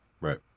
Right